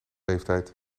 leeftijd